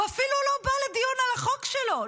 הוא אפילו לא בא לדיון על החוק שלו.